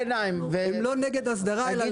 הם לא נגד הסדרה אלא להיפך.